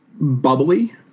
bubbly